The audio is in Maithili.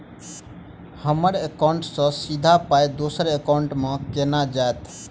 हम्मर एकाउन्ट सँ सीधा पाई दोसर एकाउंट मे केना जेतय?